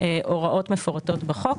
הוראות מפורטות בחוק.